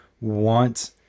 want